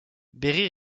berry